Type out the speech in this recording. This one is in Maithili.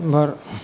उमहर